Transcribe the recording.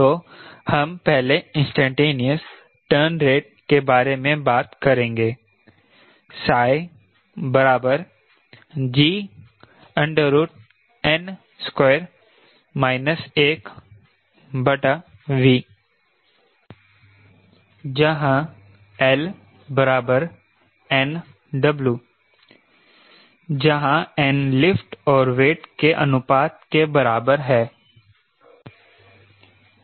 तो हम पहले इंस्टैंटेनियस टर्न रेट के बारे में बात करेंगे gn2 1V जहां 𝐿 𝑛𝑊 जहां n लिफ्ट और वेट के अनुपात के बराबर है